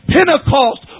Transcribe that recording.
Pentecost